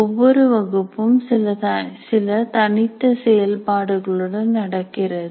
ஒவ்வொரு வகுப்பும் சில தனித்த செயல்பாடுகளுடன் நடக்கிறது